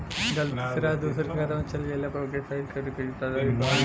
गलती से राशि दूसर के खाता में चल जइला पर ओके सहीक्ष करे के का तरीका होई?